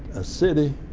a city